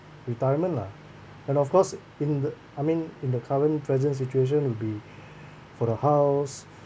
retirement lah and of course in the I mean in the current present situation will be for the house